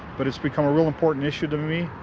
but it's become a real important issue to me,